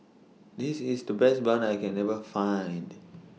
This IS The Best Bun that I Can never Find